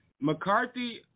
McCarthy